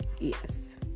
Yes